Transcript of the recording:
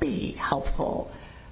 be helpful